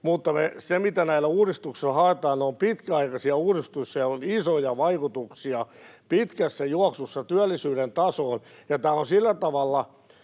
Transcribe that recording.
Mutta se, mitä näillä uudistuksilla haetaan: Ne ovat pitkäaikaisia uudistuksia, on isoja vaikutuksia pitkässä juoksussa työllisyyden tasoon. Tämä on sillä tavalla,